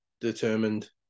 determined